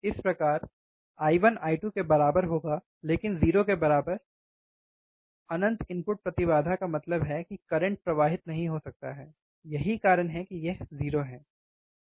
इस प्रकार I1 I2 के बराबर होगा लेकिन 0 के बराबर अनंत इनपुट प्रतिबाधा का मतलब है कि करंट प्रवाहित नहीं हो सकता है यही कारण है कि यह 0 है